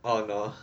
oh no